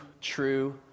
true